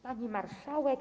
Pani Marszałek!